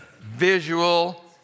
visual